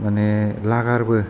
माने लागारबो